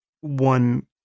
one